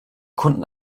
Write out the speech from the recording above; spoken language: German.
kunden